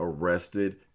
arrested